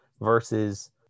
versus